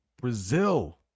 brazil